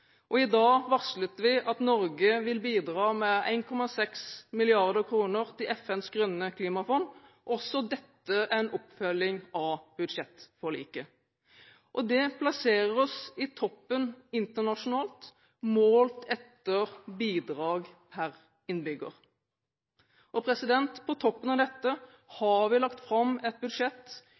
og i dag varslet vi at Norge vil bidra med 1,6 mrd. kr til FNs grønne klimafond – også dette en oppfølging av budsjettforliket. Det plasserer oss i toppen internasjonalt, målt etter bidrag per innbygger. På toppen av dette har vi lagt fram et budsjett